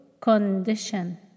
Condition